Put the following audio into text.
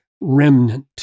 remnant